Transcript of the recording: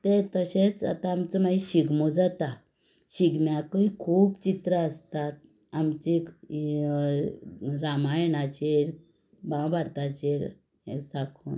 तें तशेंच आतां आमचो मागी शिगमो जाता शिगम्याकूय खूब चित्रां आसतात आमची रामायणाचेर महाभारताचेर हेंच दाखोवन